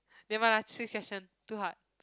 nevermind lah change question too hard